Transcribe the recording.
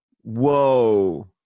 Whoa